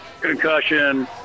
concussion